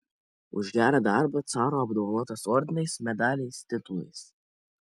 už gerą darbą caro apdovanotas ordinais medaliais titulais